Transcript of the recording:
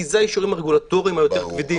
כי זה האישורים הרגולטוריים היותר כבדים,